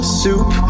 soup